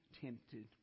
tempted